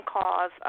cause